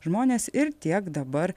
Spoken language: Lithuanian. žmonės ir tiek dabar